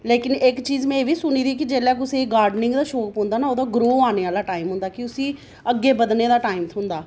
लेकिन इक्क चीज़ में एह्बी सुनी दी कि जेल्लै कुसै गी गार्डनिंग दा शौक पौंदा ना ते ओह्दा ग्रो आने दा टाईम होंदा कि उसी अग्गै बधने दा टाईम थ्होंदा